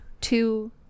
Two